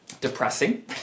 depressing